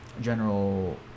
general